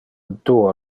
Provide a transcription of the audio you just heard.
duo